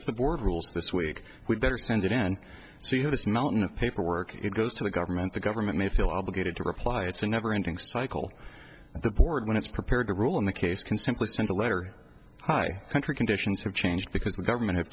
if the board rules this week we'd better send it in and see how this mountain of paperwork goes to the government the government may feel obligated to reply it's a never ending cycle and the board when it's prepared to rule in the case can simply send a letter hi country conditions have changed because the government have